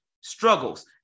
struggles